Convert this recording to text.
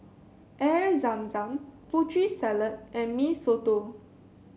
Air Zam Zam Putri Salad and Mee Soto